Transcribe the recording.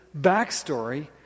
backstory